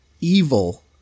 evil